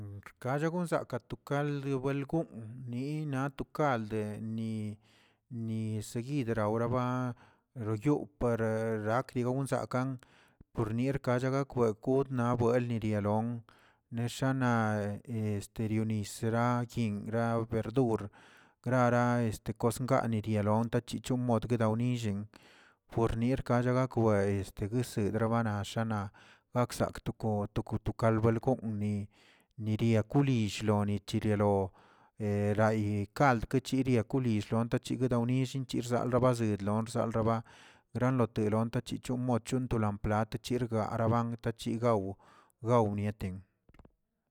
Rkacho gonsakə to kald buel gon' ninato kald de ni- ni seguid raoraba royoo par herakw digon zakan por nier kachogak kodnabuen nirialon neshanaeste rionisara yinꞌ ra verdur grara este koskani endiliond chichonmod guedawnill por nierkar yagakbey este gusebranashana gaksak toko- toko tokald belꞌ gonꞌ ni- niria kuli nori chirialo erayi kald kechiria lill xlontachigdawnillꞌ yirzalda bazee lon ralzaba, granoteron tachichon mochendo lo platə yergaraban tachigao gawnietin.